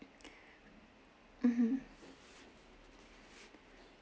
mmhmm